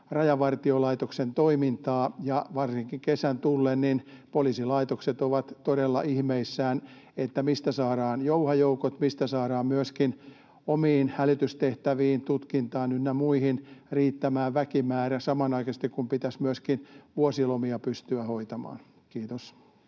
Rajavartiolaitoksen toimintaa ja varsinkin kesän tullen poliisilaitokset ovat todella ihmeissään, mistä saadaan jouha-joukot, mistä saadaan myöskin omiin hälytystehtäviin, tutkintaan ynnä muihin riittämään väkimäärä samanaikaisesti, kun pitäisi myöskin vuosilomia pystyä hoitamaan. — Kiitos.